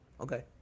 Okay